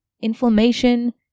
inflammation